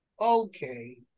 Okay